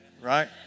right